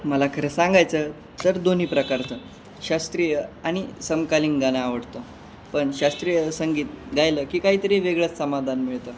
मला खरं सांगायचं तर दोन्ही प्रकारचं शास्त्रीय आणि समकालीन गाणं आवडतं पण शास्त्रीय संगीत गायला की काहीतरी वेगळंच समाधान मिळतं